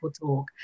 talk